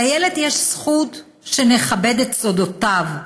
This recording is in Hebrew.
לילד יש זכות שנכבד את סודותיו.